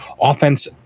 Offense